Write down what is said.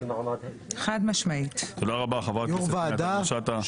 תודה רבה, חברת הכנסת פנינה תמנו שטה.